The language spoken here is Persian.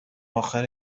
اخر